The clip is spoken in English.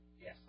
Yes